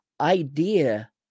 idea